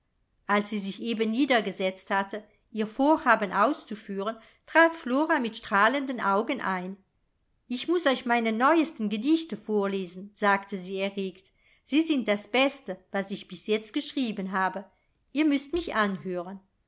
als sie sich eben niedergesetzt hatte ihr vorhaben auszuführen trat flora mit strahlenden augen ein ich muß euch meine neuesten gedichte vorlesen sagte sie erregt sie sind das beste was ich bis jetzt geschrieben habe ihr müßt mich anhören